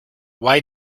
why